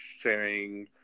sharing